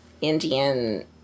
Indian